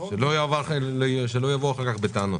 שלא יבואו אחר כך בטענות.